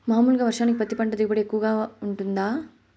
మామూలుగా వర్షానికి పత్తి పంట దిగుబడి ఎక్కువగా గా వుంటుందా?